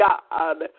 God